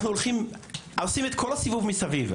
אנחנו עושים את כל הסיבוב מסביב.